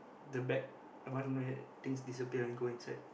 the black one where things disappear when go inside